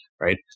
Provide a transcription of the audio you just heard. right